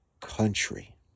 country